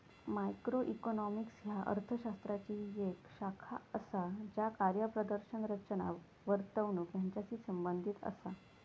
macroeconomics ह्या अर्थ शास्त्राची येक शाखा असा ज्या कार्यप्रदर्शन, रचना, वर्तणूक यांचाशी संबंधित असा